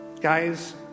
Guys